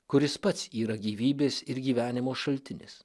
kuris pats yra gyvybės ir gyvenimo šaltinis